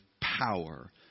power